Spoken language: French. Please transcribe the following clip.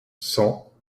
cent